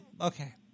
Okay